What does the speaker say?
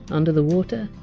under the water,